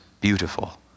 beautiful